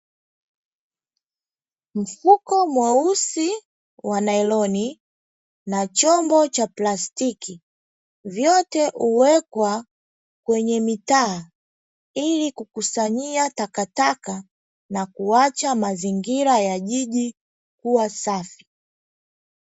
Mfuko mweusi wa nailoni na chombo cha plastiki, vyote uwekwa kwenye mitaa ili kukusanyia takataka na kuacha mazingira ya jiji kuwa safi.